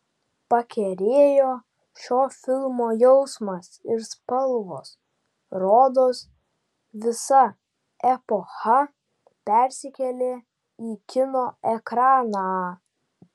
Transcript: pakerėjo šio filmo jausmas ir spalvos rodos visa epocha persikėlė į kino ekraną